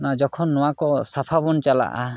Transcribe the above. ᱡᱚᱠᱷᱚᱱ ᱱᱚᱣᱟ ᱠᱚ ᱥᱟᱯᱷᱟ ᱵᱚᱱ ᱪᱟᱞᱟᱜᱼᱟ